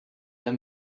der